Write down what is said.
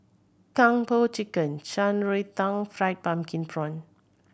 Kung Po Chicken Shan Rui Tang fried pumpkin prawn